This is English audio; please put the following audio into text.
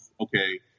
okay